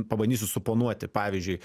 pabandysiu suponuoti pavyzdžiui